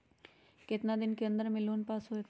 कितना दिन के अन्दर में लोन पास होत?